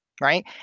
Right